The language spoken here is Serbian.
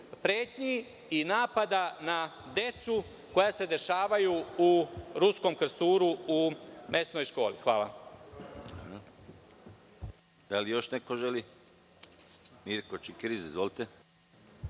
pretnji i napada na decu koja se dešavaju u Ruskom Krsturu u mesnoj školi? Hvala.